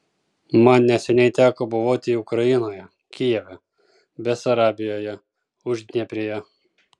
man neseniai teko buvoti ukrainoje kijeve besarabijoje uždnieprėje